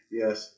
yes